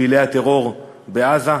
לפעילי הטרור בעזה,